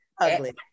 Ugly